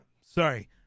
sorry